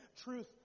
truth